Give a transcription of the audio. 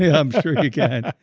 yeah i'm sure you can.